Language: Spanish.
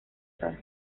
sol